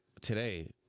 today